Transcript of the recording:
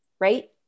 right